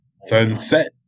Sunset